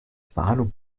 warnung